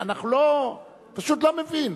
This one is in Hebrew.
אני פשוט לא מבין.